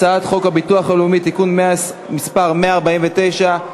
הצעת חוק הביטוח הלאומי (תיקון מס' 149),